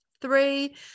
Three